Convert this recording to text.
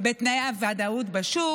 בתנאי הוודאות בשוק,